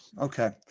Okay